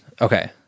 Okay